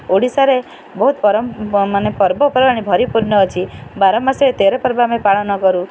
ଓଡ଼ିଶାରେ ବହୁତ ମାନେ ପର୍ବପର୍ବାଣି ପରିପୂର୍ଣ୍ଣ ଅଛି ବାର ମାସରେ ତେର ପର୍ବ ଆମେ ପାଳନ କରୁ